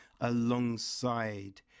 alongside